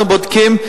אנחנו בודקים,